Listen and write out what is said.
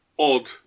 odd